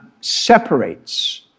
separates